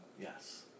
Yes